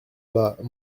bas